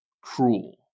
cruel